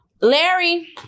larry